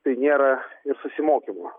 tai nėra ir susimokymo